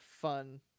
fun